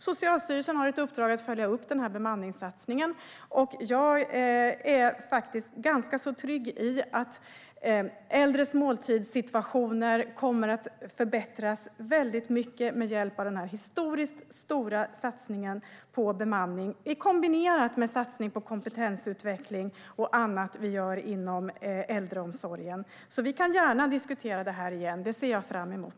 Socialstyrelsen har ett uppdrag att följa upp den här bemanningssatsningen, och jag är ganska trygg i att äldres måltidssituation kommer att förbättras väldigt mycket med hjälp av den här historiskt stora satsningen på bemanning i kombination med satsningar på kompetensutveckling och annat som vi gör inom äldreomsorgen. Vi kan gärna diskutera det här igen; det ser jag fram emot.